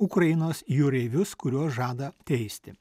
ukrainos jūreivius kuriuos žada teisti